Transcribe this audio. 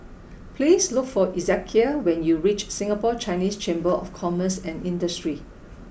please look for Ezekiel when you reach Singapore Chinese Chamber of Commerce and Industry